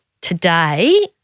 today